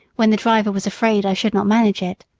when the driver was afraid i should not manage it,